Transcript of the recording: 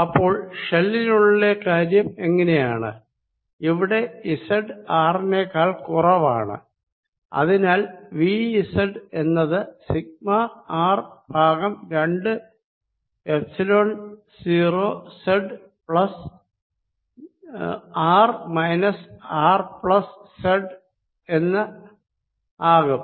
അപ്പോൾ ഷെല്ലിനുള്ളിലെ കാര്യം എങ്ങിനെയാണ് ഇവിടെ z R നേക്കാൾ കുറവാണ് അതിനാൽ V z എന്നത് സിഗ്മ ആർ ബൈ രണ്ട് epsilon 0 z plus R minus R plus z എന്നാകും